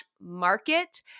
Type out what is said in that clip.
market